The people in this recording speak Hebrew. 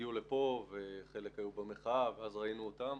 הגיעו לפה, וחלק היו במחאה, ואז ראינו אותם.